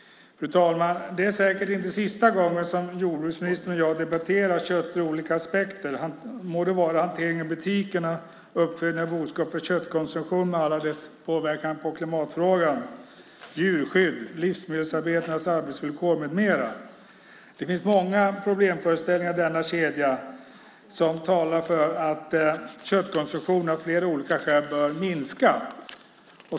Fru talman! Det är säkert inte sista gången som jordbruksministern och jag debatterar kött ur olika aspekter - må det vara hanteringen i butikerna, uppfödning av boskap för köttkonsumtion med dess påverkan på klimatfrågan, djurskydd, livsmedelsarbetarnas arbetsvillkor med mera. Det finns många problem i denna kedja som talar för att köttkonsumtionen av flera olika skäl bör minska.